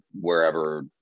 wherever